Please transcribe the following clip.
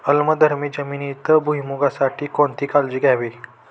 आम्लधर्मी जमिनीत भुईमूगासाठी कोणती काळजी घ्यावी?